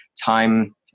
time